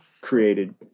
created